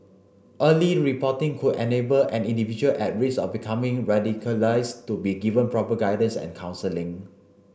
early reporting could enable an individual at risk of becoming radicalised to be given proper guidance and counselling